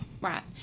Right